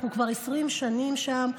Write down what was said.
אנחנו כבר 20 שנים שם.